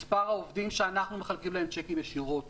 מספר העובדים שאנחנו מחלקים להם צ'קים ישירות